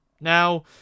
Now